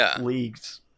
leagues